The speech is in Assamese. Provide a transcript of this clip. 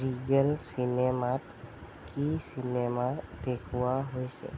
ৰিগেল চিনেমাত কি চিনেমা দেখুওৱা হৈছে